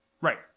Right